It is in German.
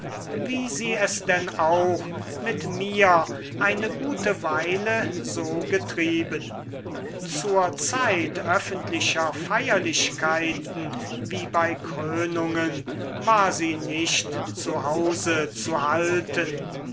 wie sie es denn auch mit mir eine gute weile so getrieben zur zeit öffentlicher feierlichkeiten wie bei krönungen war sie nicht zu hause zu halten